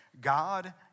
God